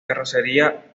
carrocería